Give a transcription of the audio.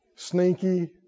Sneaky